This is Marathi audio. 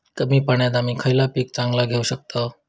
कमी पाण्यात आम्ही खयला पीक चांगला घेव शकताव?